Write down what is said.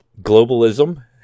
globalism